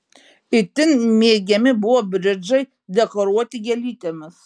itin mėgiami buvo bridžai dekoruoti gėlytėmis